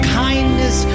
kindness